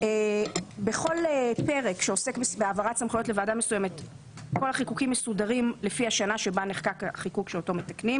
החיקוקים שפה מסודרים לפי השנה שבה נחקק החיקוק שאותו מתקנים.